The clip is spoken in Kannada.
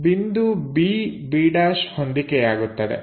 ಬಿಂದು b b' ಹೊಂದಿಕೆಯಾಗುತ್ತದೆ